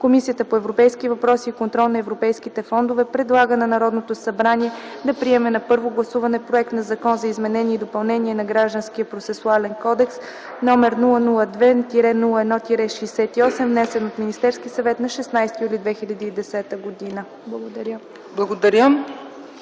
Комисията по европейските въпроси и контрол на европейските фондове предлага на Народното събрание да приеме на първо гласуване проект на Закон за изменение и допълнение на Гражданския процесуален кодекс, № 002-01-68, внесен от Министерския съвет на 16 юли 2010 г.” Благодаря.